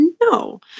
No